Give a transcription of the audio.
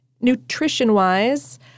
Nutrition-wise